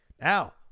Now